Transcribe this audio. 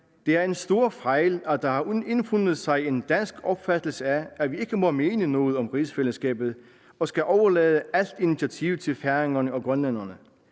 »Det er en stor fejl, at der har indfundet sig en dansk opfattelse af, at vi ikke må mene noget om Rigsfællesskabet og skal overlade alt initiativ til færingerne og grønlænderne.